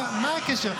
מה הקשר?